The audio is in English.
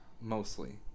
mostly